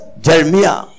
Jeremiah